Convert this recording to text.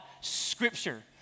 Scripture